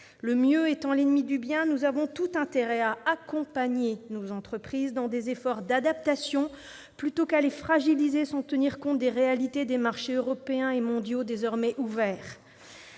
Le mieux étant l'ennemi du bien, nous avons tout intérêt à accompagner nos entreprises dans des efforts d'adaptation plutôt qu'à les fragiliser sans tenir compte des réalités des marchés européens et mondiaux désormais ouverts.